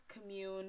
commune